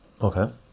Okay